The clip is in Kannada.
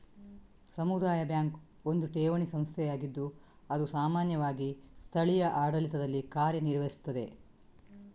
ಸಮುದಾಯ ಬ್ಯಾಂಕು ಒಂದು ಠೇವಣಿ ಸಂಸ್ಥೆಯಾಗಿದ್ದು ಅದು ಸಾಮಾನ್ಯವಾಗಿ ಸ್ಥಳೀಯ ಆಡಳಿತದಲ್ಲಿ ಕಾರ್ಯ ನಿರ್ವಹಿಸ್ತದೆ